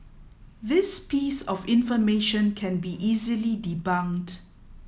this piece of information can be easily debunked